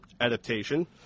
adaptation